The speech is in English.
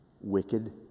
wicked